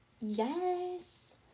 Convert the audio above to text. Yes